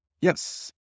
Yes